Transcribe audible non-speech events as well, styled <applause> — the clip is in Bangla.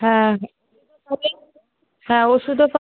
হ্যাঁ <unintelligible> হ্যাঁ ওষুধে <unintelligible>